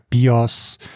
BIOS